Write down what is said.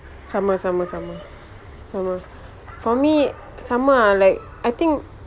sama sama sama sama for me sama err like I think